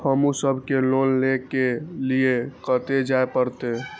हमू सब के लोन ले के लीऐ कते जा परतें?